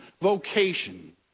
vocation